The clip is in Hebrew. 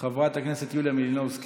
חברת הכנסת יוליה מלינובסקי,